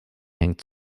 hängt